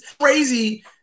crazy